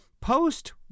Post